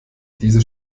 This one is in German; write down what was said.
diese